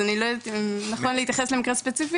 אז אני לא יודעת אם נכון להתייחס למקרה ספציפי.